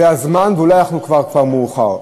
זה הזמן, ואולי כבר מאוחר.